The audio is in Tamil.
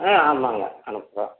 ம் ஆமாங்க ஆமாப்பா